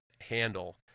handle